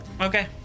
okay